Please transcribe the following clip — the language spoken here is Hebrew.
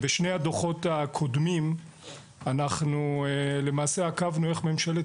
בשני הדוחות הקודמים אנחנו למעשה עקבנו איך ממשלת